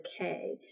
okay